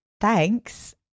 thanks